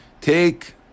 Take